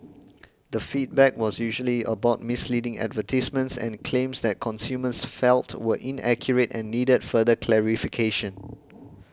the feedback was usually about misleading advertisements and claims that consumers felt were inaccurate and needed further clarification